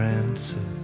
answer